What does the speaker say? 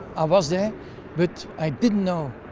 i was there but i didn't know